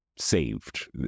saved